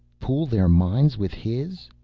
pool their minds with his,